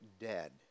dead